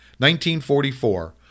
1944